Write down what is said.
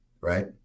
right